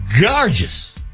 gorgeous